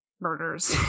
murders